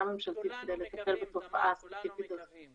ממשלתית כדי לטפל בתופעה הספציפית הזאת.